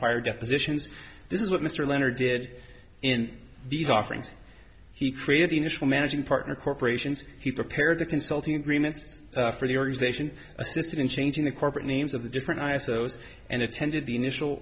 prior depositions this is what mr leonard did in these offerings he created the initial managing partner corporations he prepared the consulting agreements for the organization assisted in changing the corporate names of the different isos and attended the initial